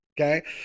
okay